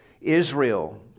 Israel